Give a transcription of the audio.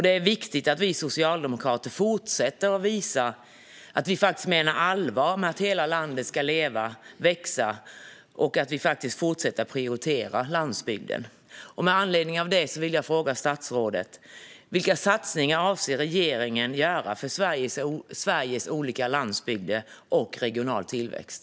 Det är viktigt att vi socialdemokrater fortsätter att visa att vi menar allvar med att hela landet ska leva och växa och att vi fortsätter att prioritera landsbygden. Med anledning av detta vill jag fråga statsrådet: Vilka satsningar avser regeringen att göra för Sveriges olika landsbygder och för regional tillväxt?